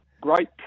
great